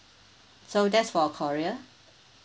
so that's for korea